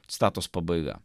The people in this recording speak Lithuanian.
citatos pabaiga